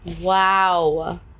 Wow